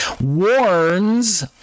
warns